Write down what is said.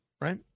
right